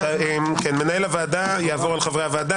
מנהל הוועדה יעבור על חברי הוועדה,